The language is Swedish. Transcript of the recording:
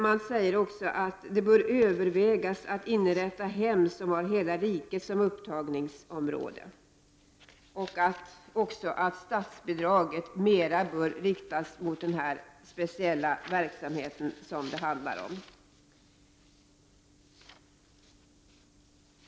Man säger också att det bör övervägas att inrätta hem som har hela riket som upptagningsområde och att statsbidraget i ökad utsträckning bör inriktas mot denna speciella verksamhet.